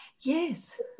Yes